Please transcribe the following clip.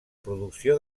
producció